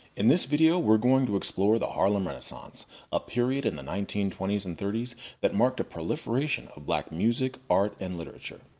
in this video, were going to explore the harlem renaissance a period in the nineteen twenty s and thirty s that marked a proliferation of black music, art, and literature.